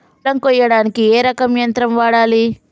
పొలం కొయ్యడానికి ఏ రకం యంత్రం వాడాలి?